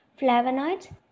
Flavonoids